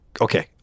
Okay